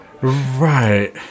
Right